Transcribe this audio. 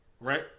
Right